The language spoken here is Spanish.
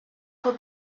fue